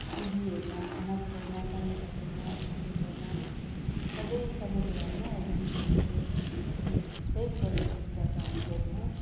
TV हेर्न खाना पकाउन पानी तताउन स्त्री गर्न सबै सबै कुरा नै अहिले बिजुलीकै प्रयोगबाट हामी गर्छौँ